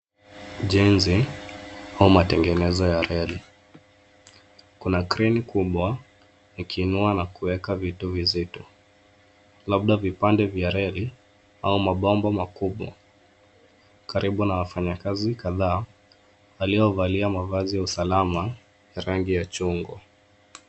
Ujenzi au matengenezo ya reli. Kuna kreni kubwa ikiinua na kuweka vitu vizito, labda vipande vya reli au mabomba makubwa, karibu na wafanyikazi kadhaa, waliovalia mavazi ya usalama ya rangi ya chungwa.